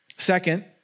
Second